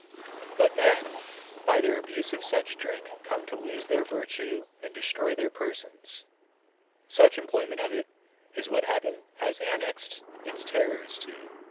but men by their abuse of such drink come to lose their virtue and destroy their persons such employment of it is what heaven has annexed its terrors to.